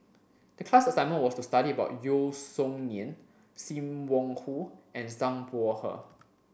the class assignment was to study about Yeo Song Nian Sim Wong Hoo and Zhang Bohe